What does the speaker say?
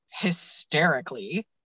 hysterically